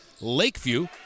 Lakeview